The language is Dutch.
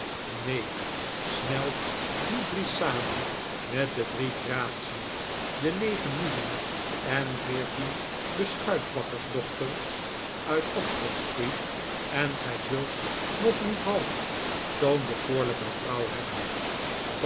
neen smelt die drie samen met de drie gratien de negen muzen en veertien beschuitbakkersdochters uit oxford-street en gij zult nog niet half zoo'n bekoorlijke vrouw hebben